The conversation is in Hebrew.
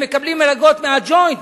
הם מקבלים מלגות מה"ג'וינט",